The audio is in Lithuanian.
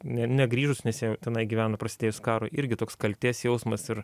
ne negrįžusių nes jie tenai gyveno prasidėjus karui irgi toks kaltės jausmas ir